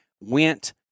went